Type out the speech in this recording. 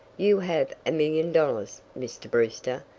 you have a million dollars, mr. brewster,